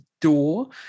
door